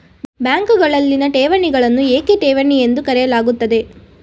ಬ್ಯಾಂಕುಗಳಲ್ಲಿನ ಠೇವಣಿಗಳನ್ನು ಏಕೆ ಠೇವಣಿ ಎಂದು ಕರೆಯಲಾಗುತ್ತದೆ?